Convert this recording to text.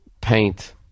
paint